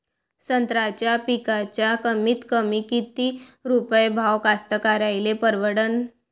संत्र्याचा पिकाचा कमीतकमी किती रुपये भाव कास्तकाराइले परवडन?